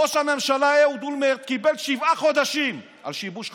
ראש הממשלה אהוד אולמרט קיבל שבעה חודשים על שיבוש חקירה.